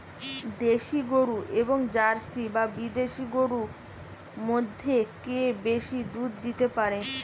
দেশী গরু এবং জার্সি বা বিদেশি গরু মধ্যে কে বেশি দুধ দিতে পারে?